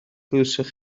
glywsoch